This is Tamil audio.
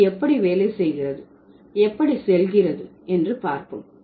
அது எப்படி வேலை செய்கிறது எப்படி செல்கிறது என்று பார்ப்போம்